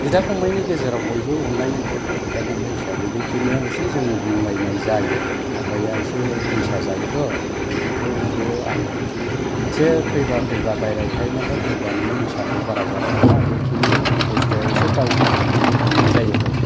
बिदा फंबायनि गेजेराव बयबो अनलायनो थायोथ' बिदा फंबाय हिसाबै बेखेनियाव एसे जों बुंलायनाय जायो आरो फंबाया एसे निसा जायोथ' बेखौबो आङो एसे फैबा फैबा बायरायाव थायो नालाय फैबा नोङो निसाखौ बारा जानो नाङा बेखिनि बस्टुआव एसे गावबो बुंनाय जायो